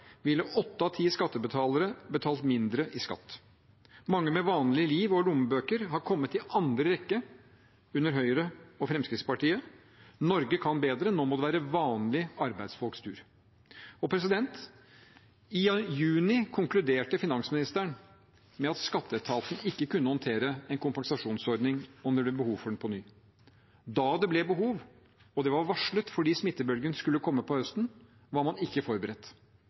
ville åtte av ti skattebetalere betalt mindre i skatt. Mange med vanlige liv og lommebøker har kommet i andre rekke under Høyre og Fremskrittspartiet. Norge kan bedre – nå må det være vanlige arbeidsfolks tur. I juni konkluderte finansministeren med at skatteetaten ikke kunne håndtere en kompensasjonsordning om det ble behov for den på ny. Da det ble behov – og det var varslet, fordi smittebølgen skulle komme på høsten – var man ikke forberedt.